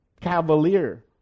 cavalier